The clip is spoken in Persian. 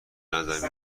نظر